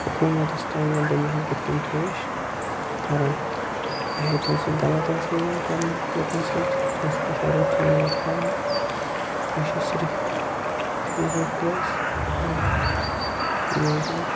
حکوٗمَتَس تانۍ یا دُنیاہَس بٔتھۍ کَنۍ پیش کَران چاہے تِمَن سۭتۍ غلط آسیٛا یِوان کَرنہٕ لُکَن سۭتۍ تِمَن سۭتۍ آسیٛا رُت یِوان ورتاونہٕ یہِ چھِ صرف یوٚہَے پرٛیس تہٕ میٖڈیا یُس زَن